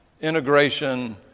integration